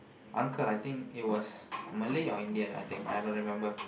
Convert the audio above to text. uncle I think it was Malay or Indian I think I don't remember